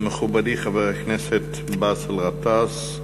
מכובדי חבר הכנסת באסל גטאס,